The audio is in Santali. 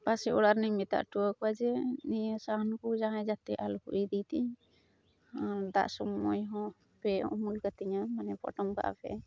ᱯᱟᱥᱮ ᱚᱲᱟᱜᱨᱮᱱᱤᱧ ᱢᱮᱛᱟ ᱚᱴᱚᱣᱟᱠᱚᱟ ᱡᱮ ᱱᱤᱭᱟᱹ ᱥᱟᱦᱟᱱᱠᱩ ᱡᱟᱦᱟᱸᱭ ᱡᱟᱛᱮ ᱟᱞᱚᱠᱚ ᱤᱫᱤᱭᱛᱤᱧ ᱟᱨ ᱫᱟᱜ ᱥᱚᱢᱚᱭᱦᱚᱸ ᱯᱮ ᱩᱢᱩᱞᱠᱟᱛᱤᱧᱟᱹ ᱢᱟᱱᱮ ᱯᱚᱴᱚᱢ ᱠᱟᱜᱼᱟᱯᱮ